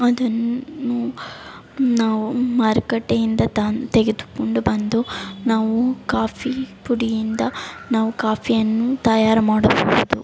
ಅದನ್ನು ನಾವು ಮಾರುಕಟ್ಟೆಯಿಂದ ತನ್ ತೆಗೆದುಕೊಂಡು ಬಂದು ನಾವು ಕಾಫಿ ಪುಡಿಯಿಂದ ನಾವು ಕಾಫಿಯನ್ನು ತಯಾರು ಮಾಡಬಹುದು